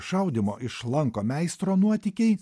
šaudymo iš lanko meistro nuotykiai